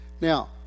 Now